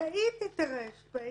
ראיתי את הר.פ (רישום פלילי)